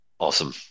Awesome